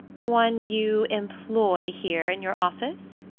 one you employ here, in your office?